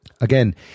Again